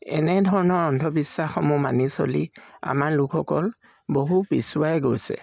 এনেধৰণৰ অন্ধবিশ্বাসসমূহ মানি চলি আমাৰ লোকসকল বহু পিছুৱাই গৈছে